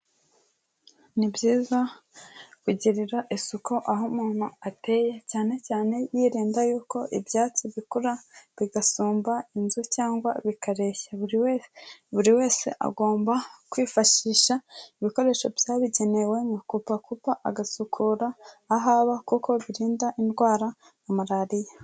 Ni byiza kugirira isuku aho umuntu ateye, cyane cyane yirinda yuko ibyatsi bikura bigasumba inzu cyangwa bikareshya buri wese, buri wese agomba kwifashisha ibikoresho byabigenewe nka kupakupa agasukura aho aba kuko birinda indwara nka marariya.